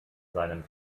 seinem